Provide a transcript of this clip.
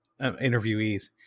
interviewees